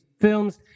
films